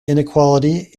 inequality